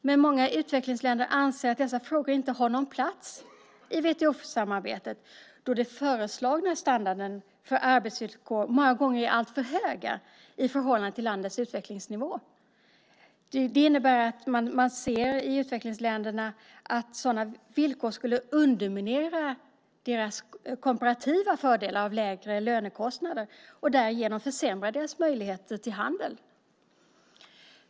Men många utvecklingsländer anser att dessa frågor inte har någon plats i WTO-samarbetet eftersom de föreslagna standarderna för arbetsvillkor många gånger är alltför höga i förhållande till landets utvecklingsnivå. Det innebär att man i utvecklingsländerna ser att sådana villkor skulle underminera deras komparativa fördelar av lägre lönekostnader och därigenom försämra deras möjligheter till handel.